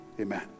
amen